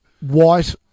white